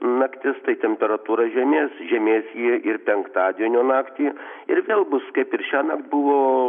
naktis tai temperatūra žemės žemės ji ir penktadienio naktį ir vėl bus kaip ir šiąnakt buvo